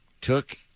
took